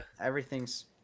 everything's